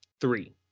three